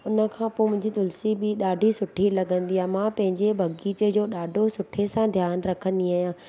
उन खां पोइ मुंहिंजी तुलसी बि ॾाढी सुठी लॻंदी आहे मां पंहिंजे बगीचे जो ॾाढो सुठे सां ध्यानु रखंदी आहियां